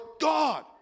God